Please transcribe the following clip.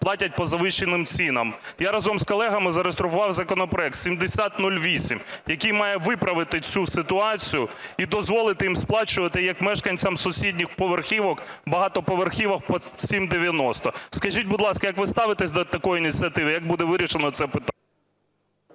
платять по завищеним цінам. Я разом з колегами зареєстрував законопроект 7008, який має виправити цю ситуацію і дозволити їм сплачувати як мешканцям сусідніх поверхівок, багатоповерхівок по 7,90. Скажіть, будь ласка, як ви ставитеся до такої ініціативи, як буде вирішено це питання?